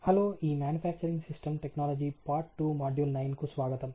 hello ఈ manufacturing system technology part 2 module 9 కు స్వాగతం